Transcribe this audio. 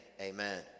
amen